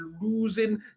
losing